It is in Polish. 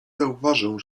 zauważył